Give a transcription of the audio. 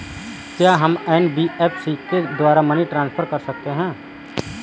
क्या हम एन.बी.एफ.सी के द्वारा मनी ट्रांसफर कर सकते हैं?